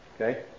Okay